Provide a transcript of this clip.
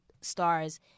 stars